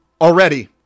already